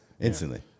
instantly